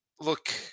Look